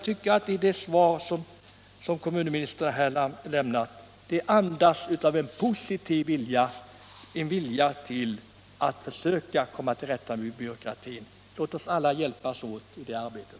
Det svar som kommunministern har lämnat andas en positiv vilja i detta avseende. Låt oss alla hjälpas åt i det arbetet.